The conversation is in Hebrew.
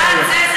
בהחלט.